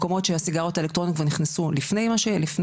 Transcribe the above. מקומות שהסיגריות האלקטרוניות כבר נכנסו לפני